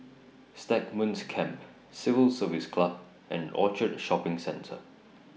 Stagmont Camp Civil Service Club and Orchard Shopping Centre